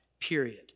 period